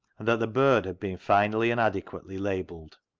and that the bird had been finally and adequately labelled.